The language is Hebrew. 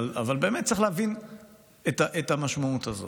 באמת צריך להבין את המשמעות הזאת.